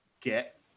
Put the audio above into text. get